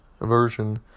version